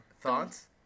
Thoughts